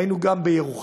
היינו גם בירוחם,